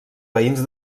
veïns